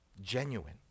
genuine